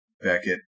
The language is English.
Beckett